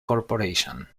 corporation